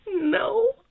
No